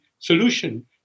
solution